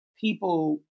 people